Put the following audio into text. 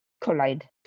collide